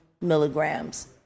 milligrams